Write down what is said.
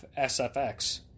SFX